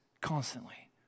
constantly